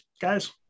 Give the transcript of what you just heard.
guys